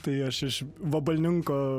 tai aš iš vabalninko